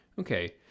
okay